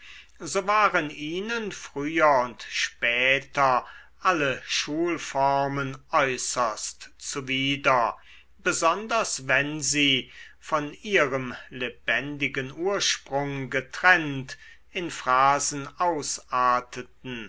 so waren ihnen früher und später alle schulformen äußerst zuwider besonders wenn sie von ihrem lebendigen ursprung getrennt in phrasen ausarteten